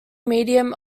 medium